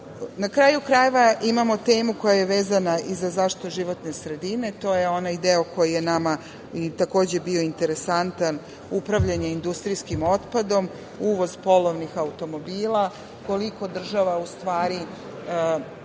kraju krajeva, imamo temu koja je vezana i za zaštitu životne sredine. To je onaj deo koji je nama bio interesantan – upravljanje industrijskim otpadom, uvoz polovnih automobila, koliko je država na